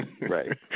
Right